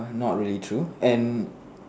not really true and